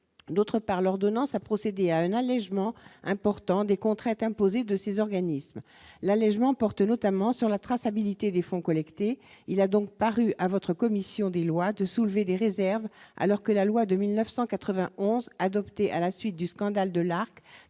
d'autre part, l'ordonnance a procédé à un allégement important des contraintes imposées de ces organismes, l'allégement porte notamment sur la traçabilité des fonds collectés, il a donc paru à votre commission des lois de soulever des réserves alors que la loi de 1991 adoptée à la suite du scandale de l'ARC